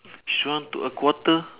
shrunk to a quarter